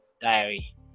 diary